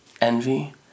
envy